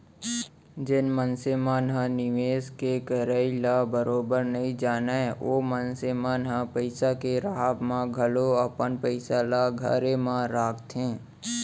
जेन मनसे मन ह निवेस के करई ल बरोबर नइ जानय ओ मनसे मन ह पइसा के राहब म घलौ अपन पइसा ल घरे म राखथे